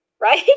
right